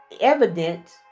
evident